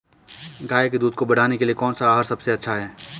गाय के दूध को बढ़ाने के लिए कौनसा आहार सबसे अच्छा है?